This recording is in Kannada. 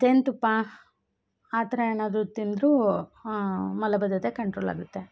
ಜೇನುತುಪ್ಪ ಆ ಥರ ಏನಾದರು ತಿಂದರೂ ಮಲಬದ್ಧತೆ ಕಂಟ್ರೋಲ್ ಆಗುತ್ತೆ